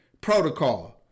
protocol